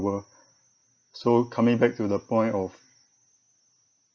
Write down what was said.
world so coming back to the point of